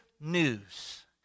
news